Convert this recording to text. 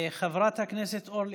תודה,